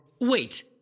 Wait